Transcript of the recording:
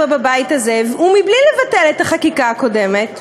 בבית הזה ומבלי לבטל את החקיקה הקודמת,